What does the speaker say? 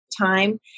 time